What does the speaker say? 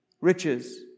riches